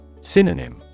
Synonym